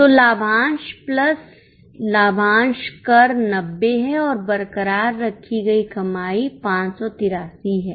तो लाभांश प्लस लाभांश कर 90 है और बरकरार रखी गई कमाई 583 है